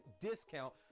discount